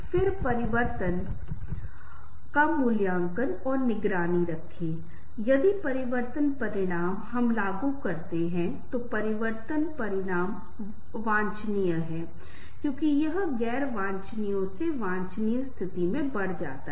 कई बार ऐसा होता है कि लोग बहुत अधिक सोचने लगते हैं लेकिन जब स्थिति मांग और अवसर आती है तो वे व्यक्त करने में सक्षम नहीं होते हैं वे डर से बाहर निकल जाते हैं या निश्चित रूप से वे बहुत शर्मीले हो जाते हैं